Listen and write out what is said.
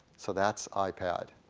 so that's ipad.